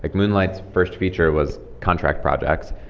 like moonlight's first feature was contract projects.